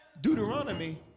Deuteronomy